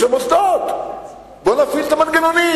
יש שם מוסדות, בואו נפעיל את המנגנונים.